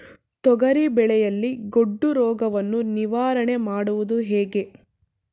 ತೊಗರಿ ಬೆಳೆಯಲ್ಲಿ ಗೊಡ್ಡು ರೋಗವನ್ನು ನಿವಾರಣೆ ಮಾಡುವುದು ಹೇಗೆ?